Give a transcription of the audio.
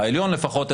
העליון לפחות,